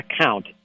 account